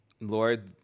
Lord